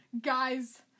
Guys